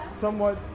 somewhat